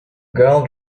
girl